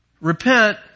Repent